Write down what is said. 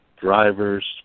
drivers